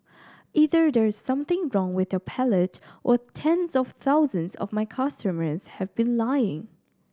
either there is something wrong with your palate or tens of thousands of my customers have been lying